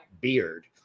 beard